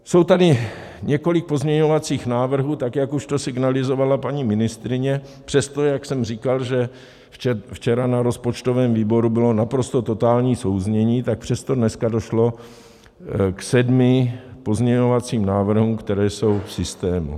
Je tady několik pozměňovacích návrhů, tak jak už to signalizovala paní ministryně, přesto, jak jsem říkal, že včera na rozpočtovém výboru bylo naprosto totální souznění, tak přesto dneska došlo k sedmi pozměňovacím návrhům, které jsou v systému.